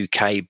uk